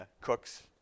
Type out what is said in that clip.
cooks